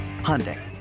Hyundai